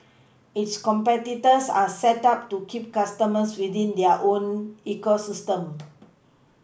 its competitors are set up to keep customers within their own ecosystems